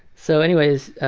so anyways,